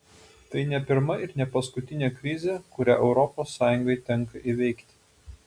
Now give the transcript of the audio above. tai ne pirma ir ne paskutinė krizė kurią europos sąjungai tenka įveikti